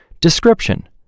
Description